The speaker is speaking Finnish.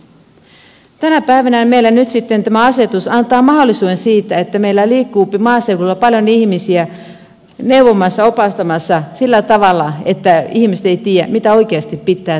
tänä päivänä meillä nyt sitten tämä asetus antaa mahdollisuuden että meillä liikkuupi maaseudulla paljon ihmisiä neuvomassa opastamassa sillä tavalla että ihmiset eivät tiedä mitä oikeasti pitää tehdä